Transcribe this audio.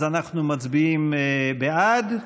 אז אנחנו מצביעים בעד,